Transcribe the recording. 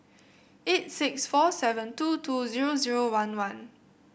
eight six four seven two two zero zero one one